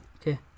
Okay